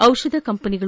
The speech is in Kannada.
ದಿಷಧ ಕಂಪನಿಗಳು